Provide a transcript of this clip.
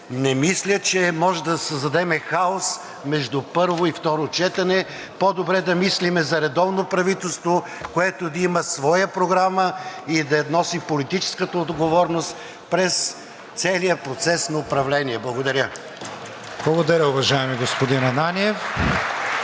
не мисля, че може да създадем хаос между първо и второ четене. По-добре да мислим за редовно правителство, което да има своя програма и да носи политическата отговорност през целия процес на управление. Благодаря. (Ръкопляскания